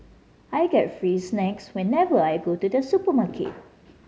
I get free snacks whenever I go to the supermarket